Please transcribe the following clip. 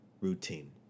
routine